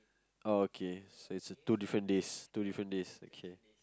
okay so it's a two different days two different days okay